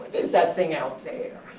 is that thing out there?